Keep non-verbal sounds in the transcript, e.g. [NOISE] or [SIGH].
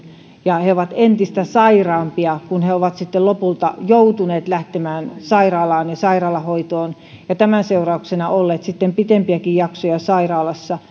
ja he ovat entistä sairaampia sitten kun he ovat lopulta joutuneet lähtemään sairaalaan ja sairaalahoitoon ja tämän seurauksena he ovat olleet sitten pitempiäkin jaksoja sairaalassa [UNINTELLIGIBLE]